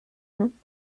lernen